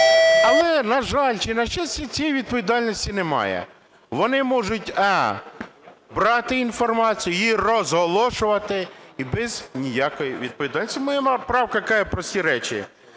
Але, на жаль, чи на щастя, цієї відповідальності немає. Вони можуть: а) брати інформацію її розголошувати, і без ніякої відповідальності. Моя правка каже прості речі,